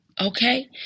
okay